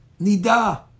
nida